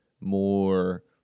more